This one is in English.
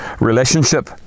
relationship